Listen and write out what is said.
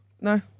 No